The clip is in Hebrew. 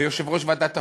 ויושב-ראש ועדת החוקה,